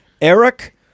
Eric